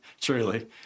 truly